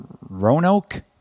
Roanoke